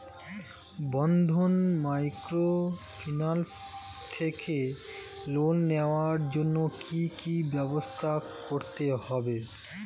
বন্ধন microfinance থেকে loan নেওয়ার জন্য কি কি ব্যবস্থা করতে হবে?